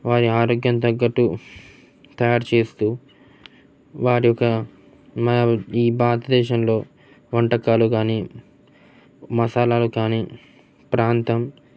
వారి ఆరోగ్యం తగ్గట్టు తయారు చేస్తూ వారి యొక్క మా ఈ భారతదేశంలో వంటకాలు కానీ మసాలాలు కానీ ప్రాంతం